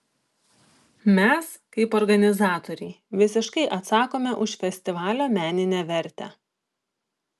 mes kaip organizatoriai visiškai atsakome už festivalio meninę vertę